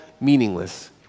meaningless